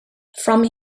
from